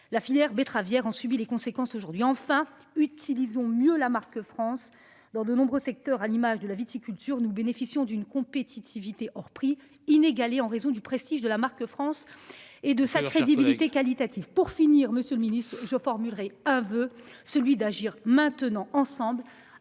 La filière betteravière en subit les conséquences aujourd'hui enfin utilisons mieux la marque France dans de nombreux secteurs à l'image de la viticulture, nous bénéficions d'une compétitivité hors prix inégalé en raison du prestige de la marque France et de sa crédibilité qualitatif pour finir Monsieur le Ministre, je formulerai un celui d'agir maintenant ensemble